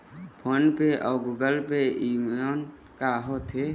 Phone पे अउ Google Pay येमन का होते?